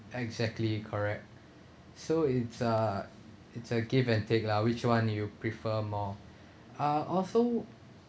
exactly correct so it's uh it's a give and take lah which one you prefer more ah also